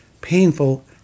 painful